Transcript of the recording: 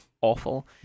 awful